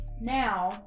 Now